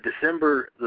December